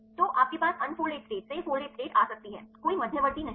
तो आप के पास उन्फोल्डेड स्टेट से फोल्डेड स्टेट आ सकती है कोई मध्यवर्ती नहीं है